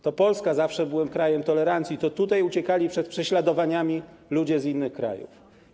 To Polska zawsze była krajem tolerancji i to tutaj uciekali przed prześladowaniami ludzie z innych krajów.